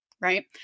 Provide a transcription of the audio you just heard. Right